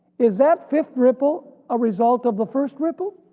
is that fifth ripple a result of the first ripple?